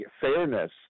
fairness